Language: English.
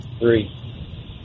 Three